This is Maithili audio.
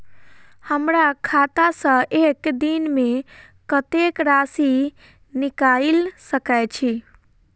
हमरा खाता सऽ एक दिन मे कतेक राशि निकाइल सकै छी